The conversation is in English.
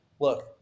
look